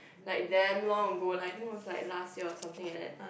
like damn long ago like I think was like last year or something like that